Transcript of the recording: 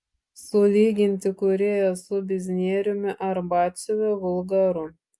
sulyginti kūrėją su biznieriumi ar batsiuviu vulgaru